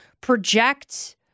project